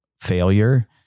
failure